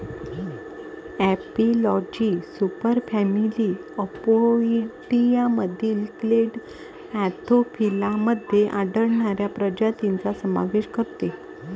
एपिलॉजी सुपरफॅमिली अपोइडियामधील clade Anthophila मध्ये आढळणाऱ्या प्रजातींचा समावेश करते